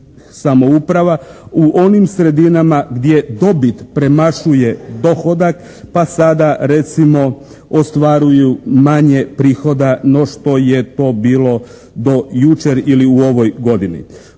samouprava u onim sredinama gdje dobit premašuje dohodak pa sada recimo ostvaruju manje prihoda no što je to bilo do jučer ili u ovoj godini.